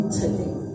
today